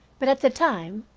but at the time,